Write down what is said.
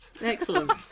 Excellent